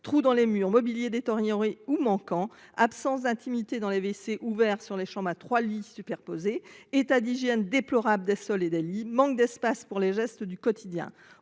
trous dans les murs, mobilier détérioré ou manquant, absence d'intimité dans les WC ouverts sur les cellules à trois lits superposés, état d'hygiène déplorable des sols et des lits, manque d'espace pour les gestes du quotidien.